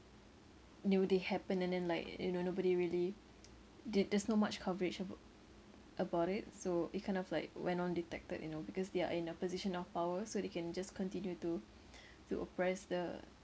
knew they happen and then like you know nobody really the~ there's no much coverage abo~ about it so it kind of like went non-detected you know because they are in a position of power so they can just continue to to oppress the